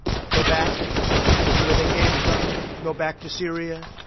go back to where they came from, go back to syria.